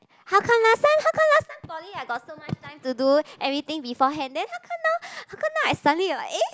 how come last time how come last time poly I got so much time to do everything before hand then how come now how come now I suddenly like eh